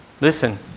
Listen